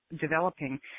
developing